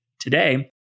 Today